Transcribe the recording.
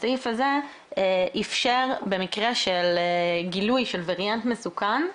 הסעיף הזה איפשר במקרה של גילוי של ווריאנט מסוכן,